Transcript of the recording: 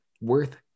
Worth